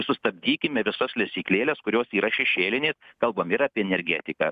sustabdykime visas lesyklėles kurios yra šešėlinės kalbam ir apie energetiką